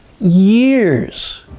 years